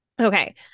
okay